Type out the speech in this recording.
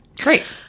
Great